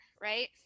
right